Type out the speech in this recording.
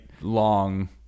long